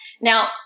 Now